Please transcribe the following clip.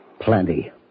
Plenty